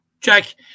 Jack